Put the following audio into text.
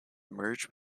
merged